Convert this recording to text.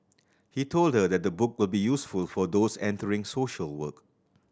he told her that the book will be useful for those entering social work